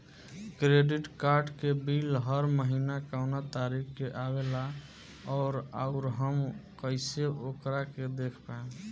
Credit card के bill हर महीना कौना तारीक के आवेला और आउर हम कइसे ओकरा के देख पाएम?